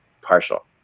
partial